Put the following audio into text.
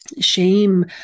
Shame